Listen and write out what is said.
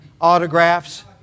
autographs